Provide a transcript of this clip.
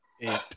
Eight